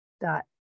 dot